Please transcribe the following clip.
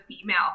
female